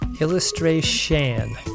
Illustration